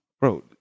Bro